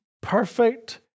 perfect